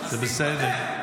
אז תתפטר.